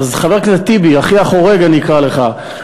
חבר הכנסת טיבי, "אחי החורג" אני אקרא לך.